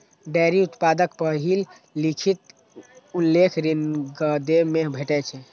dairy उत्पादक पहिल लिखित उल्लेख ऋग्वेद मे भेटै छै